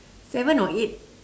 seven or eight